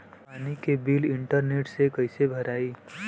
पानी के bill internet से कइसे भराई?